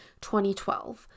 2012